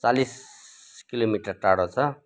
चालिस किलोमिटर टाढो छ